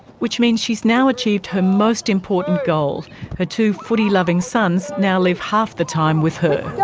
which means she's now achieved her most important goal her two footy-loving sons now live half the time with her.